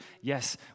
Yes